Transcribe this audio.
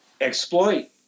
exploit